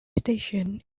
station